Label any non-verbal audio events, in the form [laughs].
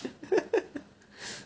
[laughs]